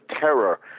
terror